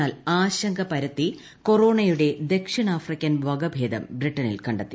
എന്നാൽ ആശങ്ക പരത്തി കൊറോണയുടെ ദക്ഷിണാഫ്രിക്കൻ വകഭേദം ബ്രിട്ടനിൽ കണ്ടെത്തി